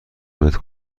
متر